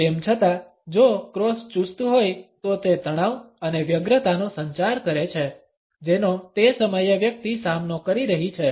તેમ છતા જો ક્રોસ ચુસ્ત હોય તો તે તણાવ અને વ્યગ્રતાનો સંચાર કરે છે જેનો તે સમયે વ્યક્તિ સામનો કરી રહી છે